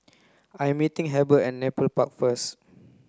I meeting Heber at Nepal Park first